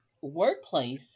workplace